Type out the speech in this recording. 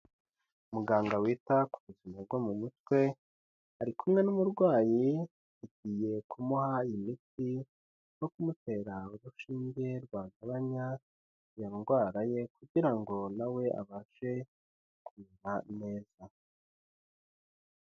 Umuganga wita ku buzima bwo mu mutwe, ari kumwe n'umurwayi agiye kumuha imiti no kumutera urushinge rwagabanya iyo ndwara ye, kugira ngo na we abashe kumera neza.